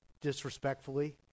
disrespectfully